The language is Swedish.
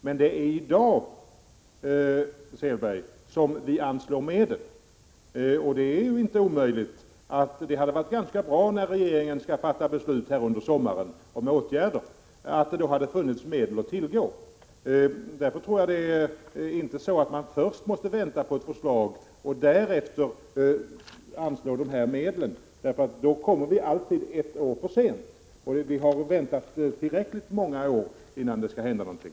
Men, Åke Selberg, vi måste anslå medel i dag. När regeringen under sommaren skall fatta beslut om åtgärder hade det varit bra om det hade funnits medel att tillgå. Jag tror inte att man först måste vänta på ett förslag och sedan anslå medel. I så fall kommer vi alltid ett år för sent. Vi har nu väntat tillräckligt många år att det skall hända någonting.